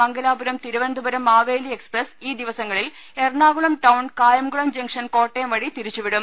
Mangalapuram Thiruvananthapuram Maveli express ഈ ദിവസങ്ങളിൽ Ernakulam town Kayamkulam junction Kottayam വഴി തിരിച്ചുവിടും